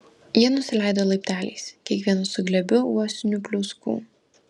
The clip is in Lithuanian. jie nusileido laipteliais kiekvienas su glėbiu uosinių pliauskų